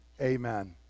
amen